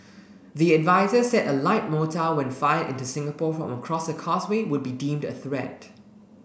the adviser said a light mortar when fired into Singapore from across the Causeway would be deemed a threat